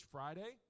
Friday